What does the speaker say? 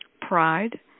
pride